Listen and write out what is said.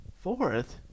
Fourth